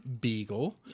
Beagle